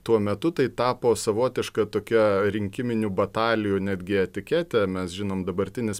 tuo metu tai tapo savotiška tokia rinkiminių batalijų netgi etiketė mes žinom dabartinis